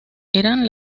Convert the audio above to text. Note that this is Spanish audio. eran